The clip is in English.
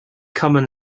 common